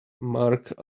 mark